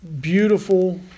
beautiful